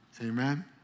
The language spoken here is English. Amen